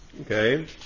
okay